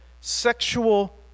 sexual